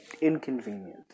Inconvenient